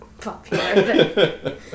popular